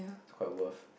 it's quite worth